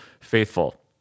faithful